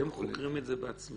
אתם חוקרים את זה בעצמכם?